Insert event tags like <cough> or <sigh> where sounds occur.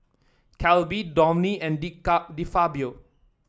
Calbee Downy and De <unintelligible> De Fabio